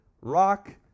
rock